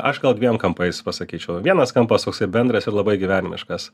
aš gal dviem kampais pasakyčiau vienas kampas toksai bendras ir labai gyvenimiškas